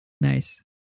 Nice